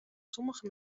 sommige